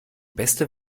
beste